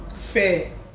Fair